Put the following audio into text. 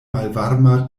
malvarma